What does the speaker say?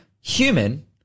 human